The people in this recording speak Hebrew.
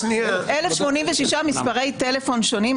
1,086 מספרי טלפון שונים.